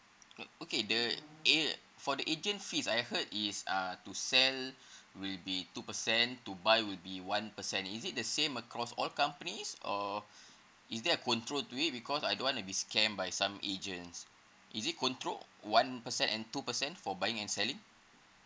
uh okay the a~ for the agent fees I heard is uh to sell will be two percent to buy will be one percent is it the same across all companies or is there a control to it because I don't want to be scammed by some agents is it controlled one percent and two percent for buying and selling